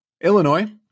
Illinois